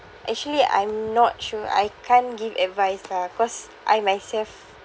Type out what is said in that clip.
actually I'm not sure I can't give advice lah cause I myself